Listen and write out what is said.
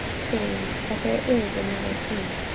saying that there is another king,